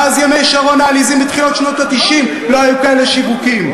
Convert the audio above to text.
מאז ימי שרון העליזים בתחילת שנות ה-90 לא היו כאלה שיווקים.